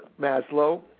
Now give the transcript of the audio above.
Maslow